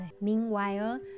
Meanwhile